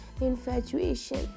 infatuation